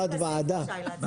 הדתית.